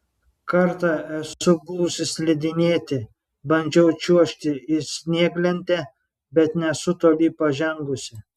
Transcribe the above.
kartą esu buvusi slidinėti bandžiau čiuožti ir snieglente bet nesu toli pažengusi